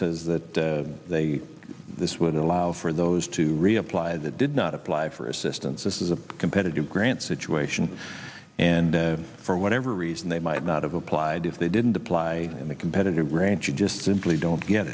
says that they would allow for those to reapply that did not apply for assistance this is a competitive grant situation and for whatever reason they might not have applied if they didn't apply in the competitive grant you just simply don't get